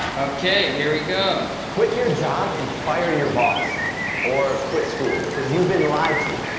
okay, here we go. quit your job and fire your boss or quit school because you've been lied to.